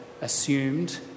assumed